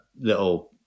little